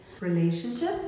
relationship